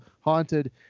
Haunted